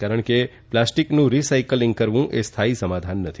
કારણ કે પ્લાસ્ટીકનું રી સાઇકલીંગ કરવું એ સ્થાયી સમાધાન નથી